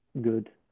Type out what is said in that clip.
Good